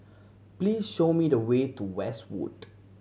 please show me the way to Westwood